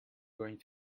going